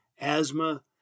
asthma